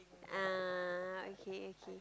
ah okay okay